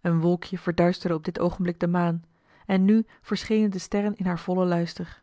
een wolkje verduisterde op dit oogenblik de maan en nu verschenen de sterren in haar vollen luister